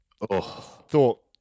thought